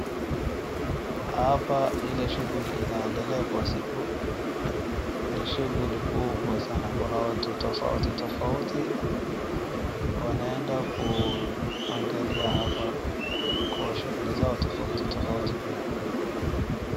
Hapa ile shughuli inaendelea kwa siku ni shughuli kubwa sana, kuna watu tofauti tofauti wanaenda kuangalia hapa kwa shughuli zao tofauti tofauti pia.